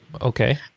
Okay